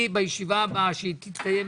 בישיבה הבאה שתתקיים,